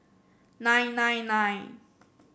nine nine nine